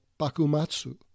Bakumatsu